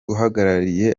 uhagarariye